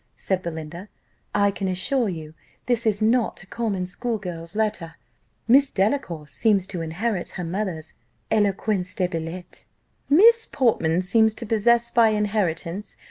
said belinda i can assure you this is not a common school-girl's letter miss delacour seems to inherit her mother's eloquence de billet miss portman seems to possess, by inheritance,